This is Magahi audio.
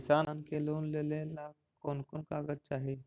किसान के लोन लेने ला कोन कोन कागजात चाही?